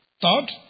Third